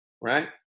right